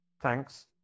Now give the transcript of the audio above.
thanks